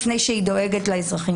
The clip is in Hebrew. לפני האזרחים.